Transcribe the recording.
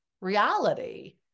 reality